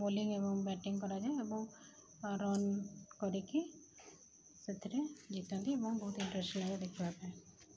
bowling ଏବଂ batting କରାଯାଏ ଏବଂ ରନ କରିକି ସେଥିରେ ଜିତନ୍ତି ଏବଂ ବହୁତ ଇଣ୍ଟରେଷ୍ଟ ଲାଗେ ଦେଖିବା ପାଇଁ